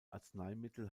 arzneimittel